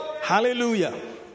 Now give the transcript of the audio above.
Hallelujah